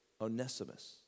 Onesimus